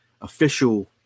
official